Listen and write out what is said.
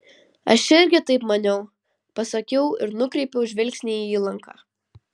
aš irgi taip maniau pasakiau ir nukreipiau žvilgsnį į įlanką